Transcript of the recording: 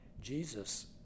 Jesus